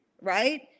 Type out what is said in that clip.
right